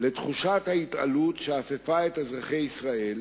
לתחושת ההתעלות שאפפה את אזרחי ישראל